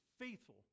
faithful